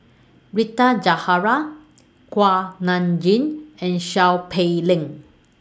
Rita Zahara Kuak Nam Jin and Seow Peck Leng